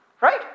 Right